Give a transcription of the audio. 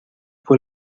fue